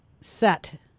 set